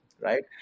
right